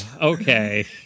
Okay